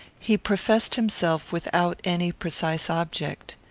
he professed himself without any precise object.